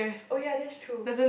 oh ya that's true